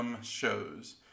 shows